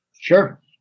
Sure